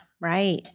right